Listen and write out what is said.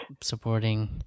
supporting